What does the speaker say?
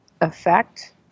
effect